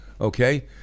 Okay